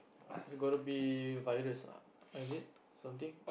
is it gonna be virus ah ah is it something